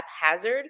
haphazard